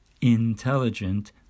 intelligent